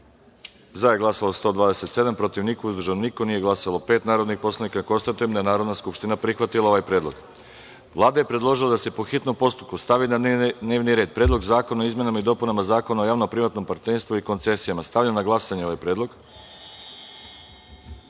za – 127, protiv – niko, uzdržanih – nema, nije glasalo pet narodnih poslanika. Konstatujem da je Narodna skupština prihvatila ovaj predlog. Vlada je predložila da se, po hitnom postupku, stavi na dnevni red – Predlog zakona o izmenama i dopunama Zakona o javno- privatnom partnerstvu i koncesijama. Stavljam na glasanje ovaj